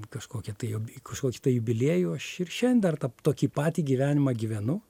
kažkokią tai jubi kažkokį tai jubiliejų aš ir šian dar tą tokį patį gyvenimą gyvenu